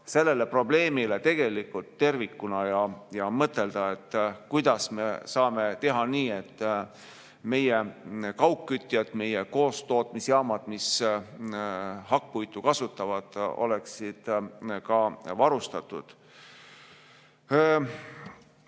seda probleemi tuleb vaadata tervikuna ja mõtelda, kuidas saaksime teha nii, et meie kaugkütjad, meie koostootmisjaamad, mis hakkpuitu kasutavad, oleksid ka varustatud.